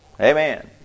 Amen